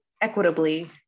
equitably